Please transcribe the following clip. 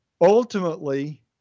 ultimately